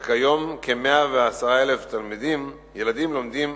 וכיום, כ-110,000 תלמידים, ילדים, לומדים